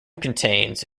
contains